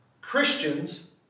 Christians